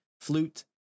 flute